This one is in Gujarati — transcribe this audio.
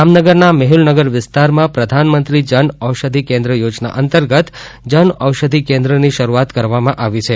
જામનગરના મેહુલનગર વિસ્તારમાં પ્રધાનમંત્રી જન ઔષધિ કેન્દ્ર યોજના અંતર્ગત જનઔષધિ કેન્દ્રની શરૂઆત કરવામાં આવી છે